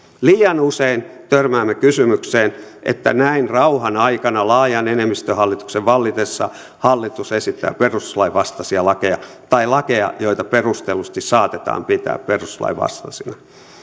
liian usein törmäämme kysymykseen että näin rauhanaikana laajan enemmistöhallituksen vallitessa hallitus esittää perustuslain vastaisia lakeja tai lakeja joita perustellusti saatetaan pitää perustuslain vastaisina